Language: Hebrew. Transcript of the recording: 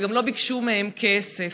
וגם לא ביקשו מהם כסף.